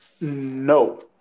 no